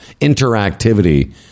interactivity